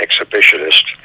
exhibitionist